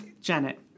Janet